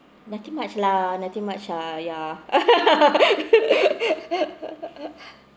nothing much lah nothing much ah ya